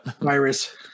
virus